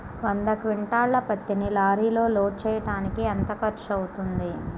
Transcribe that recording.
వంద క్వింటాళ్ల పత్తిని లారీలో లోడ్ చేయడానికి ఎంత ఖర్చవుతుంది?